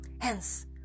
Hence